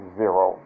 zero